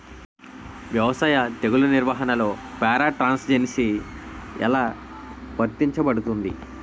వ్యవసాయ తెగుళ్ల నిర్వహణలో పారాట్రాన్స్జెనిసిస్ఎ లా వర్తించబడుతుంది?